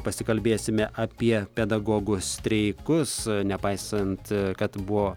pasikalbėsime apie pedagogų streikus nepaisant kad buvo